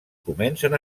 comencen